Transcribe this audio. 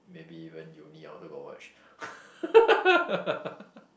maybe even uni I also got watch